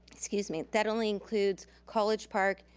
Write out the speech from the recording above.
excuse me, that only includes college park,